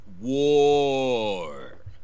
War